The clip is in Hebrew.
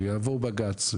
שיעבור בג"ץ,